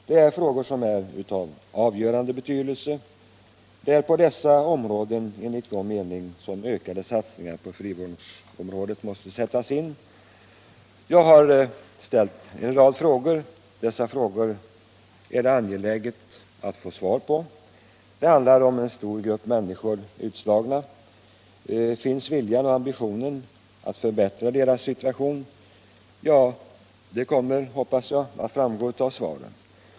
Det är frågor som är av avgörande betydelse. Det är enligt min mening på dessa områden som ökade satsningar på frivårdsområdet måste sättas in. Jag har ställt en rad frågor. Dessa frågor är det angeläget att få svar på. Det handlar om en stor grupp människor som är utslagna. Finns viljan och ambitionen att förbättra deras situation? Ja, det kommer, hoppas jag, att framgå av svaren.